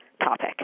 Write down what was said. topic